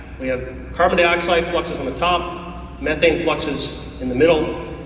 we have carbon dioxide fluxes on the top, methane fluxes in the middle,